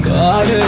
God